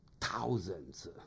thousands